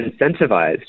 incentivized